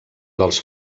dels